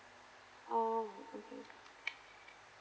oh okay